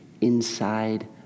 inside